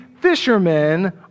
fishermen